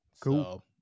Cool